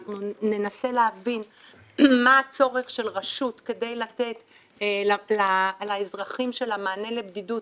אנחנו ננסה להבין מה הצורך של רשות כדי לתת לאזרחים שלה מענה לבדידות,